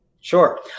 Sure